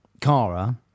Kara